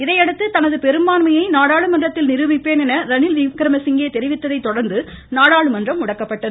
இதையடுத்து தனது பெரும்பான்மையை நாடாளுமன்றத்தில் நிருபிப்பேன் என ரணில் விக்ரமசிங்கே தெரிவித்ததை தொடர்ந்து நாடாளுமன்றம் முடக்கப்பட்டது